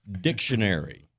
Dictionary